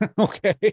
okay